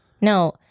No